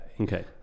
Okay